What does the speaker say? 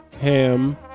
ham